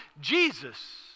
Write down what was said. Jesus